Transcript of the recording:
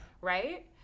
right